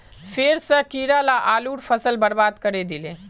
फेर स कीरा ला आलूर फसल बर्बाद करे दिले